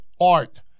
art